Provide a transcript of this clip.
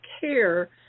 care